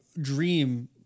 dream